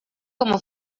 como